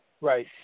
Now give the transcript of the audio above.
right